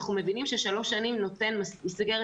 אנחנו מבינים ששלוש שנים נותנות מסגרת